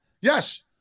Yes